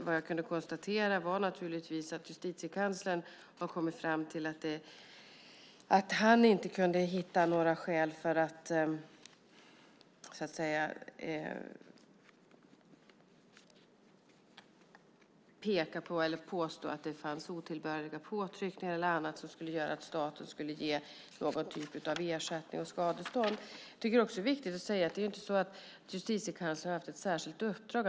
Vad jag kunde konstatera var naturligtvis att Justitiekanslern har kommit fram till att han inte kunde hitta några skäl att påstå att det fanns otillbörliga påtryckningar eller annat som skulle göra att staten skulle ge någon typ av ersättning och skadestånd. Jag tycker också att det är viktigt att säga att Justitiekanslern inte har haft ett särskilt uppdrag.